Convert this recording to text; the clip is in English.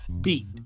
beat